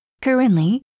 Currently